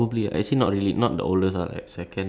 the thing is you'll be the like the oldest person there